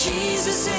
Jesus